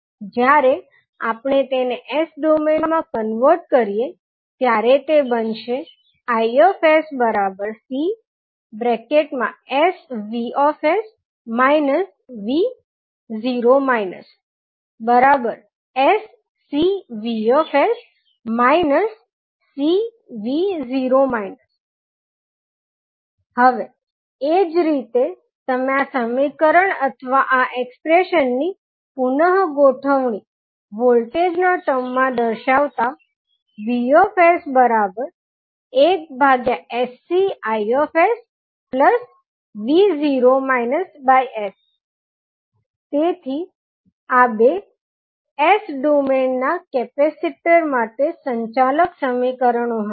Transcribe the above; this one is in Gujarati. જ્યારે આપણે તેને S ડોમઇન માં કન્વર્ટ કરીએ ત્યારે તે બનશે IsCsVs v0 sCVs Cv0 હવે એ જ રીતે તમે આ સમીકરણ અથવા આ એક્સ્પ્રેશન ની પુનગોઠવણી વોલ્ટેજ નાં ટર્મ માં દર્શાવતાં Vs1sCIsvs તેથી આ બે S ડોમેનના કેપેસિટર માટે સંચાલક સમીકરણો હશે